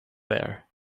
there